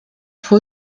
vor